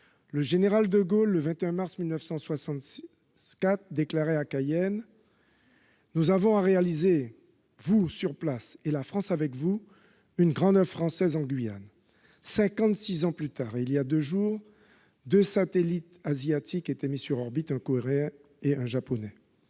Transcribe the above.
Le général de Gaulle, le 21 mars 1964, a déclaré à Cayenne :« Nous avons à réaliser, vous, sur place, et la France avec vous, une grande oeuvre française en Guyane. »